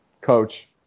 coach